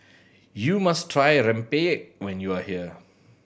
you must try rempeyek when you are here